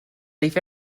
leif